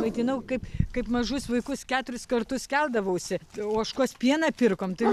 maitinau kaip kaip mažus vaikus keturis kartus keldavausi ožkos pieną pirkom tai